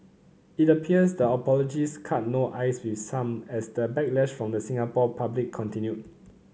it appears the apologies cut no ice with some as the backlash from the Singapore public continued